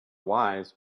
wise